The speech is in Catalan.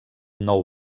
nou